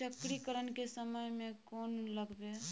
चक्रीकरन के समय में कोन लगबै?